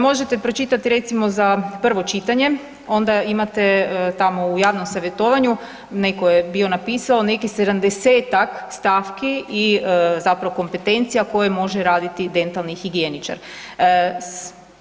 Možete pročitati recimo za prvo čitanje onda imate tamo u javnom savjetovanju neko je bio napisao nekih 70-ak stavki i zapravo kompetencija koje može raditi dentalni higijeničar.